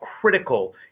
critical